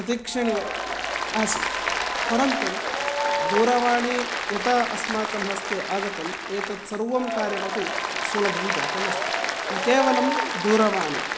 प्रतिक्षणीयम् आसीत् परन्तु दूरवाणी यदा अस्माकं हस्ते आगतम् एतत् सर्वं कार्यमपि सुलभं जातम् अस्ति न केवलं दूरवाणी